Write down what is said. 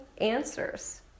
answers